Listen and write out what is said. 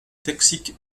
toxiques